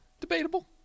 Debatable